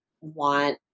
want